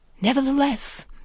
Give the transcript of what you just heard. Nevertheless